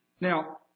Now